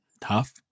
tough